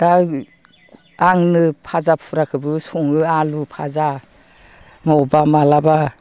दा आङो आंनो फाजा फुराखौबो सङो आलु फाजा बबेबा माब्लाबा